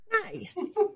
Nice